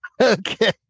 Okay